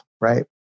right